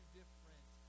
different